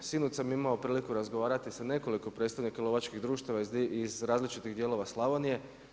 Sinoć sam imao priliku razgovarati sa nekolikom predstavnika lovačkih društava iz različitih dijelova Slavonije.